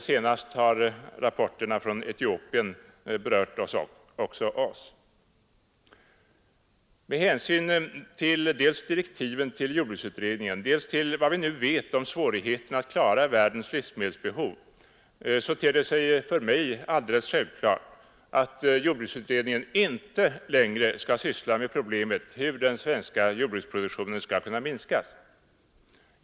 Senast har rapporterna från Etiopien berört också oss. Med hänsyn dels till direktiven till jordbruksutredningen, dels till vad vi nu vet om svårigheterna att fylla världens behov ter det sig alldeles självklart att jordbruksutredningen inte längre skall syssla med problemet hur den svenska jordbruksproduktionen skall kunna minskas.